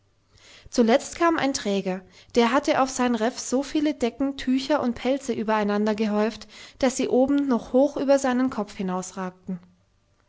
zuletzt kam ein träger der hatte auf sein reff so viele decken tücher und pelze übereinandergehäuft daß sie oben noch hoch über seinen kopf